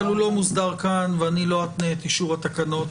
אבל הוא לא מוסדר כאן ואני לא אתנה את אישור התקנות